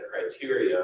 criteria